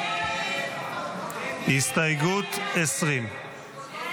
הסתייגות 20 לא